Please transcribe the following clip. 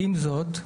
עם זאת,